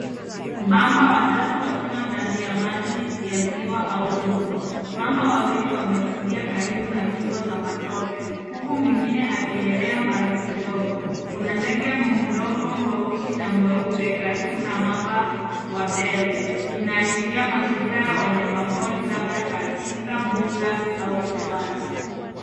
Mamba watatu wakiwa ndani ya maji ya ziwa au mto. Mamba wawili wametulia karibu na kingo za matope huku mwingine akielea mbali kidogo. Kuna ndege mdogo mweusi na mweupe karibu na mamba wa mbele. Inaashiria mazingira ya wanyama pori labda katika mbuga au hifadhi.